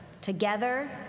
together